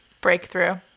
breakthrough